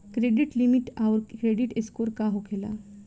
Credit limit आउर credit score का होखेला?